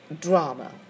drama